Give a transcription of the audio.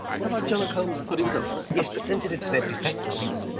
what about jono coleman? i thought he was up for it. yes, but since he did celebrity fit club he's.